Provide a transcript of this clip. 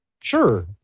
sure